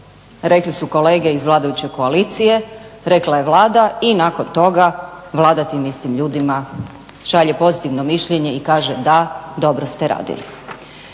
rekli su kolege iz vladajuće koalicije, rekla je Vlada i nakon toga Vlada tim istim ljudima šalje pozitivno mišljenje i kaže da, dobro ste radili.